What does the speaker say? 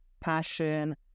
passion